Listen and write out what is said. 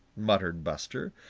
muttered buster,